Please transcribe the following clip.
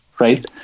right